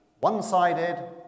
one-sided